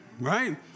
right